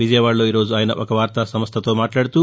విజయవాడలో ఈరోజు ఆయన ఒక వార్తాసంస్టతో మాట్లాడుతూ